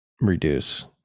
reduce